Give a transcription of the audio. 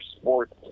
sports